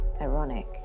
Ironic